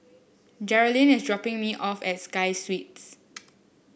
Jerilyn is dropping me off at Sky Suites